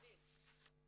ג'ורג' חביב מלניאדו.